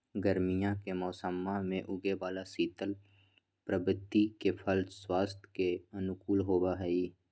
गर्मीया के मौसम्मा में उगे वाला शीतल प्रवृत्ति के फल स्वास्थ्य के अनुकूल होबा हई